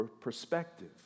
perspective